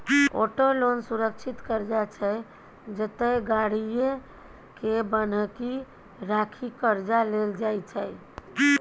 auto loan सुरक्षित करजा छै जतय गाड़ीए केँ बन्हकी राखि करजा लेल जाइ छै